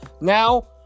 Now